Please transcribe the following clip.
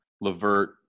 Levert